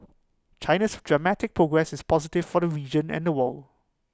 China's dramatic progress is positive for the region and the world